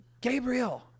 gabriel